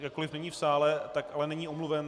Jakkoliv není v sále, tak ale není omluven.